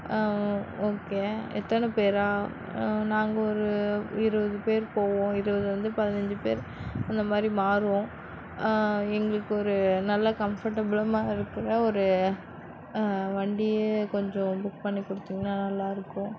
okay எத்தனை பேரா நாங்கள் ஒரு இருபது பேர் போவோம் இருபதுல இருந்து பதினஞ்சு பேர் அந்தமாதிரி மாறுவோம் எங்களுக்கு ஒரு நல்ல கம்ஃபர்ட்டபுளமா இருக்கிற ஒரு வண்டியை கொஞ்சம் புக் பண்ணி கொடுத்திங்கனா நல்லா இருக்கும்